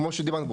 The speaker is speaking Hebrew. כמוש דיברנו,